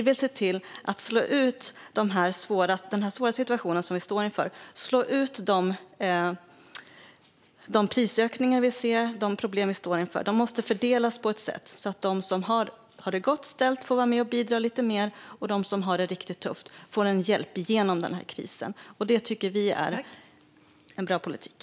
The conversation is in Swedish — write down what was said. I den svåra situation vi står inför vill vi alltså se till att de prisökningar och problem vi ser fördelas på ett sätt så att de som har det gott ställt får vara med och bidra lite mer och de som har det riktigt tufft får hjälp igenom krisen. Det tycker vi är en bra politik.